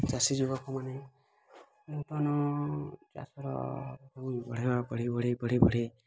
ଚାଷୀ ଯୁବକମାନେ ନୂତନ ଚାଷ ବଢ଼ାଇବା ବଢ଼ାଇ ବଢ଼ାଇ ବଢ଼ାଇ ବଢ଼ାଇ